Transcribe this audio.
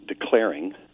declaring